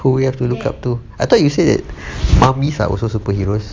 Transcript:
who we have to look up to I thought that you say that mummies are also superheroes